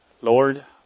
Lord